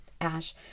Ash